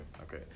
Okay